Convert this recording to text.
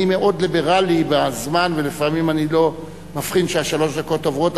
אני מאוד ליברלי בזמן ולפעמים אני לא מבחין ששלוש הדקות עוברות,